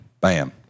bam